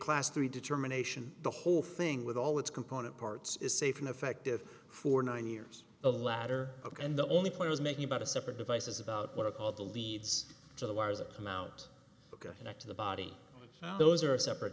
class three determination the whole thing with all its component parts is safe and effective for nine years the latter and the only player is making about a separate devices about what all the leads to the wires that come out next to the body those are separate